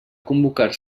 convocar